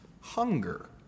hunger